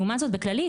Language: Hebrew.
לעומת זאת בכללית,